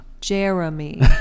Jeremy